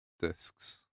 discs